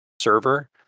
server